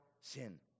sin